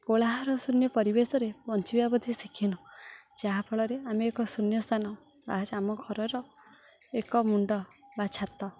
କୋଳାହଳଶୂନ୍ୟ ପରିବେଶରେ ବଞ୍ଚିବା ବୋଧେ ଶିଖିନୁ ଯାହା ଫଳରେ ଆମେ ଏକ ଶୂନ୍ୟ ସ୍ଥାନ ବା ଆମ ଘରର ଏକ ମୁଣ୍ଡ ବା ଛାତ